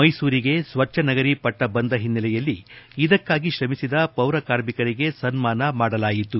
ಮೈಸೂರಿಗೆ ಸ್ವಚ್ವನಗರಿ ಪಟ್ಟ ಬಂದ ಹಿನ್ನೆಲೆಯಲ್ಲಿ ಇದಕ್ಕಾಗಿ ಶ್ರಮಿಸಿದ ಪೌರ ಕಾರ್ಮಿಕರಿಗೆ ಸನ್ಮಾನ ಮಾಡಲಾಯಿತು